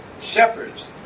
shepherds